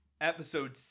Episode